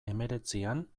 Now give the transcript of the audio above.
hemeretzian